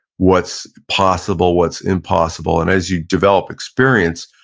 what's possible, what's impossible, and as you develop experience,